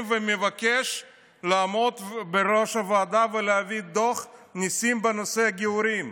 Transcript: וביקש שיעמוד בראש הוועדה ולהביא דוח בנושא הגיורים.